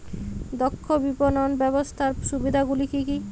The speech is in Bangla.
দক্ষ বিপণন ব্যবস্থার সুবিধাগুলি কি কি?